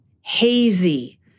hazy